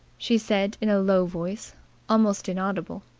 she said in a low voice almost inaudible.